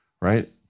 right